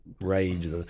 rage